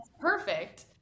perfect